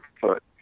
foot